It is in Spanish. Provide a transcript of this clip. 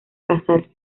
casarse